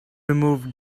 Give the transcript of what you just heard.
removed